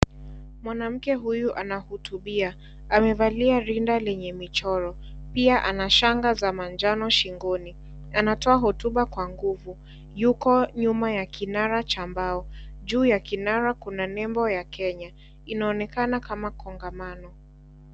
Mwanamke huyu anahutubia. Amevalia rinda lenye michoro. Pia ana shanga za manjano shingoni. Anatoa hotuba kwa nguvu. Yuko nyuma ya kinara cha mbao. Juu ya kinara kuna nembo ya Kenya, inaonekana kama kongomano.